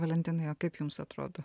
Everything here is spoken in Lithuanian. valentinai o kaip jums atrodo